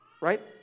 right